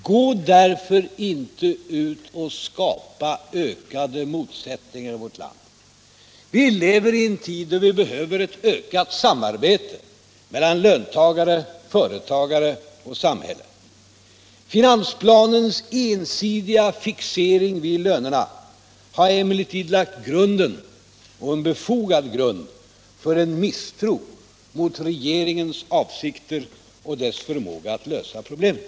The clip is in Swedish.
Gå därför inte ut och skapa ökade motsättningar i vårt land. Vi lever i en tid då vi behöver ett ökat samarbete mellan löntagare, företagare och samhälle. Finansplanens ensidiga fix Allmänpolitisk debatt Allmänpolitisk debatt ering vid lönerna har emellertid lagt grunden — och en befogad grund - för misstro mot regeringens avsikter och dess förmåga att lösa problemen.